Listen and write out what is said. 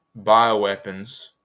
bioweapons